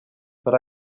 but